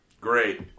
Great